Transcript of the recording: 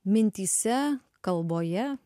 mintyse kalboje